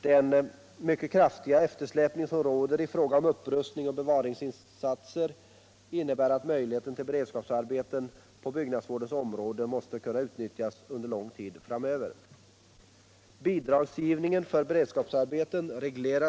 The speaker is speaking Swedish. Den mycket kraftiga eftersläpning som råder i fråga om upprustning och bevaringsinsatser innebär att möjligheten till beredskapsarbeten på byggnadsvårdens område måste kunna utnyttjas under lång tid framöver.